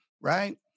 Right